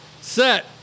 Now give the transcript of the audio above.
Set